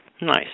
Nice